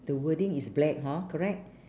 the wording is black hor correct